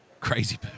Crazy